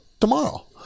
tomorrow